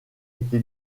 été